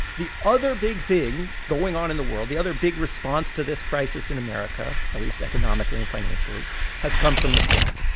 the other big thing going on in the world the other big response to this crisis in america, at least economically and financially has come from the fed.